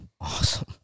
awesome